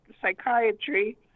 psychiatry